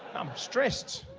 stressed.